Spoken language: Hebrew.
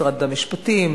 משרד המשפטים,